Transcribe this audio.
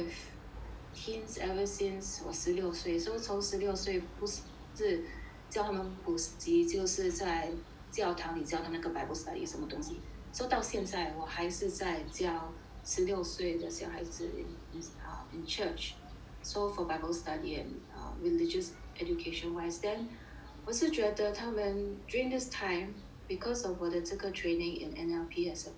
teens ever since 我十六岁 so 从十六岁不是教他们补习就是在教堂里教他们那个 bible study 什么东西 so 到现在我还是在教十六岁的小孩子 in in church so for bible study in a religious education wise then 我是觉得他们 during this time cause of 我的这个 training in N_L_P as a coach